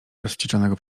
rozwścieczonego